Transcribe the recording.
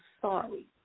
sorry